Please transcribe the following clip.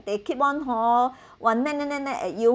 they keep one hor !wah! nag nag nag nag at you